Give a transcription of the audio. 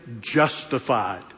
justified